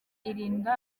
irinda